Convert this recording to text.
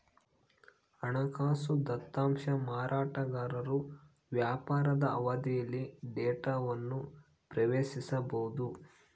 ಹಣಕಾಸು ದತ್ತಾಂಶ ಮಾರಾಟಗಾರರು ವ್ಯಾಪಾರದ ಅವಧಿಯಲ್ಲಿ ಡೇಟಾವನ್ನು ಪ್ರವೇಶಿಸಬೊದು